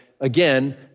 again